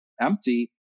empty